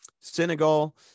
Senegal